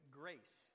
grace